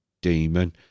Demon